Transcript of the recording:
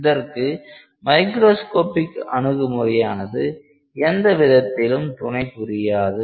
இதற்கு மைக்ரோஸ்கோப்பிக் அணுகுமுறையானது எவ்விதத்திலும் துணை புரியாது